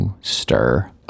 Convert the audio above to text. stir